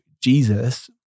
Jesus